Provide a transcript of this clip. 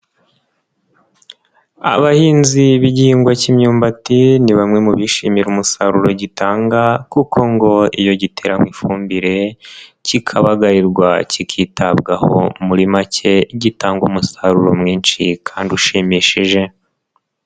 Abahinzi b'igihingwa cy'imyumbati, ni bamwe mu bishimira umusaruro gitanga kuko ngo iyo giteranywe ifumbire, kikabagarirwa, kikitabwaho muri make gitanga umusaruro mwinshi kandi ushimishije.